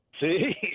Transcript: see